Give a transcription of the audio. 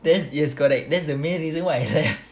that's yes correct that's the main reason why I left